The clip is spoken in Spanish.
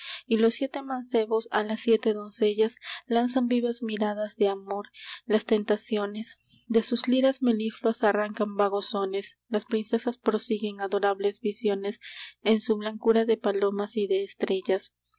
y los siete mancebos a las siete doncellas lanzan vivas miradas de amor las tentaciones de sus liras melifluas arrancan vagos sones las princesas prosiguen adorables visiones en su blancura de palomas y de estrellas